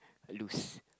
lose